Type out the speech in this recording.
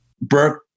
Burke